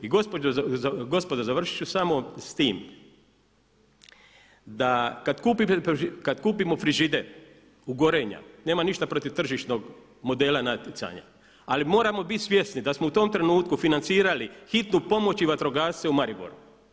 I gospodo završiti ću samo s time da kada kupimo frižider u Gorenju nema ništa protiv tržišnog modela natjecanja ali moramo biti svjesni da smo u tom trenutku financirali hitnu pomoć i vatrogasce u Mariboru.